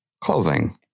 clothing